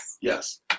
Yes